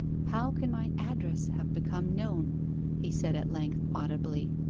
how can my address have become known he said at length, audibly.